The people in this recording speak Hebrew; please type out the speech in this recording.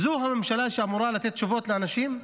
זו הממשלה שאמורה לתת תשובות לאנשים?